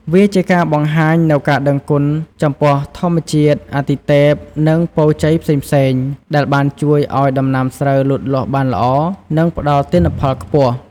វាជាការបង្ហាញនូវការដឹងគុណចំពោះធម្មជាតិ អាទិទេព និងពរជ័យផ្សេងៗ ដែលបានជួយឱ្យដំណាំស្រូវលូតលាស់បានល្អ និងផ្ដល់ទិន្នផលខ្ពស់។